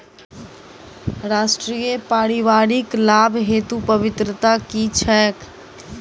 राष्ट्रीय परिवारिक लाभ हेतु पात्रता की छैक